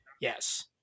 Yes